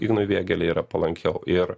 ignui vėgėlei yra palankiau ir